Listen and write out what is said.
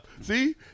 see